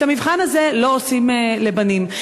את המבחן הזה לא עושים לבנים.